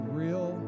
real